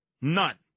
None